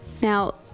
Now